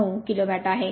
09 kilowatt आहे